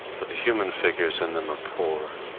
but the human figures in them are poor,